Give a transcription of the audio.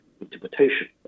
interpretation